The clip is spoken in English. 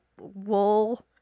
wool